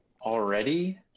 Already